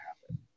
happen